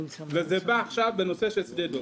וזה בא עכשיו בנושא של שדה דב.